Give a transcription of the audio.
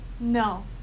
no